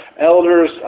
elders